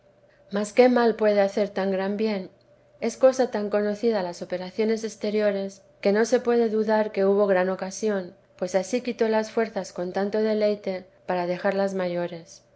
mas qué mal puede hacer tan gran bien es cosa tan conocida las operaciones exteriores que no se puede dudar que hubo gran ocasión pues ansí quitó las fuerzas con tanto deleite para dejarlas mayores